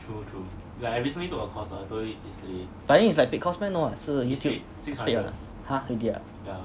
but then it's like paid course meh no what 是 YouTube 免费 what !huh! ringgit ah